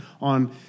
on